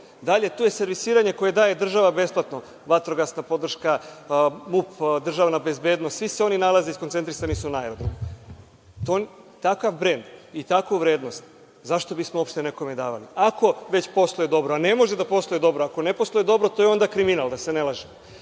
Dalje, tu je servisiranje koje država daje besplatno, vatrogasna podrška, MUP, DB, svi se oni nalaze i skoncentrisani su na aerodromu. Takav brend i takvu vrednost, zašto bismo uopšte nekome davali, ako već posluje dobro, a ne može da posluje dobro. Ako ne posluje dobro to je onda kriminal, da se ne